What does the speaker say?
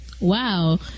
Wow